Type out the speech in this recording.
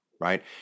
right